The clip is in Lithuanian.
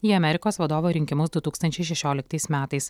į amerikos vadovo rinkimus du tūkstančiai šešiolkitais metais